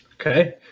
Okay